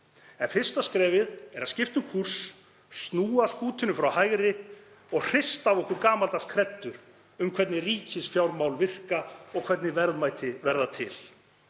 En fyrsta skrefið er að skipta um kúrs, snúa skútunni frá hægri og hrista af okkur gamaldags kreddur um hvernig ríkisfjármál virka og hvernig verðmæti verða til.